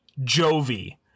Jovi